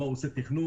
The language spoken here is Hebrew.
האם הוא עושה תכנון?